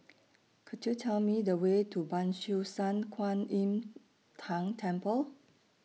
Could YOU Tell Me The Way to Ban Siew San Kuan Im Tng Temple